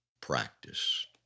practice